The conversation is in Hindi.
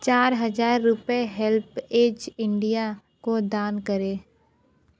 चार हज़ार रुपये हेल्पऐज इंडिया को दान करें